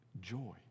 joy